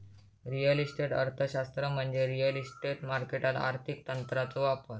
real estate अर्थशास्त्र म्हणजे real estate मार्केटात आर्थिक तंत्रांचो वापर